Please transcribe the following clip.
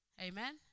Amen